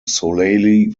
solely